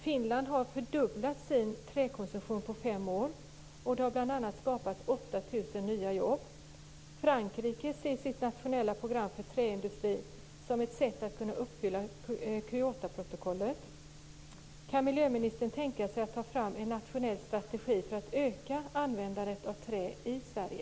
Finland har fördubblat sin träkonsumtion på fem år, och det har bl.a. skapats 8 000 nya jobb. Frankrike ser sitt nationella program för träindustri som ett sätt att kunna uppfylla Kyotoprotokollet. Kan statsrådet tänka sig att ta fram en nationell strategi för att öka användandet av trä i Sverige?